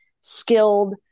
skilled